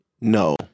No